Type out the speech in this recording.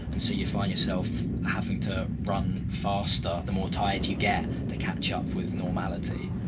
and so you find yourself having to run faster the more tired you get, to catch up with normality.